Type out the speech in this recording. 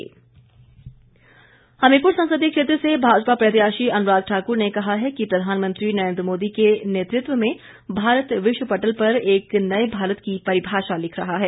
अनुराग ठाकुर हमीरपुर संसदीय क्षेत्र से भाजपा प्रत्याशी अनुराग ठाकुर ने कहा है कि प्रधानमंत्री नरेन्द्र मोदी के नेतृत्व में भारत विश्व पटल पर एक नए भारत की परिभाषा लिख रहा है